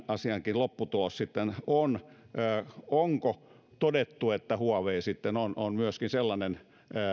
asian lopputulos sitten on onko todettu että huawei on on myöskin sellainen